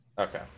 Okay